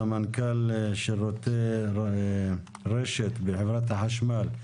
סמנכ"ל שירותי רשת בחברת החשמל,